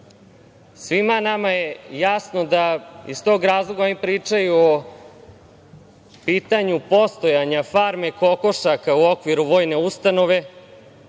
Svima nama je jasno da iz tog razloga oni pričaju o pitanju postojanja farme kokošaka u okviru vojne ustanove,